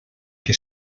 que